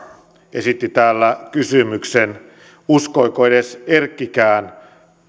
esitti täällä kysymyksen uskoiko erkkikään